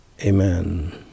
amen